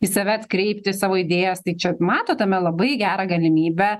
į save atkreipti savo idėjas tai čia mato tame labai gerą galimybę